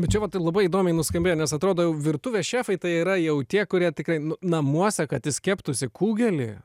bet čia vat tai labai įdomiai nuskambėjo nes atrodo jau virtuvės šefai tai yra jau tie kurie tikrai nu namuose kad jis keptųsi kugelį